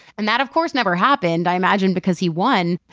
and that, of course, never happened, i imagine, because he won.